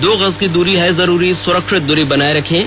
दो गज की दूरी है जरूरी सुरक्षित दूरी बनाए रखें